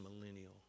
millennial